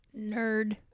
nerd